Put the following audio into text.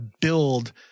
build